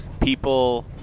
people